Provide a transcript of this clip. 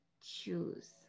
choose